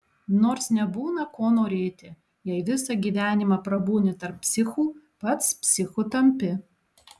nors nebūna ko norėti jei visą gyvenimą prabūni tarp psichų pats psichu tampi